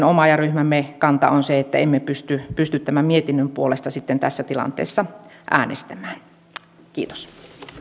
oma ja ryhmämme kanta on se että emme pysty pysty tämän mietinnön puolesta tässä tilanteessa äänestämään kiitos